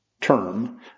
term